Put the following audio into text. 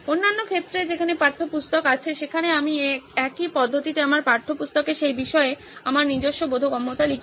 অন্যান্য ক্ষেত্রে যেখানে পাঠ্যপুস্তক আছে সেখানে আমি একই পদ্ধতিতে আমার পাঠ্যপুস্তকে সেই বিষয়ে আমার নিজস্ব বোধগম্যতা লিখি